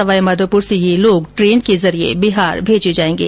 सवाईमाधोपुर से ये लोग ट्रेन के जरिये बिहार भेजे जायेंगे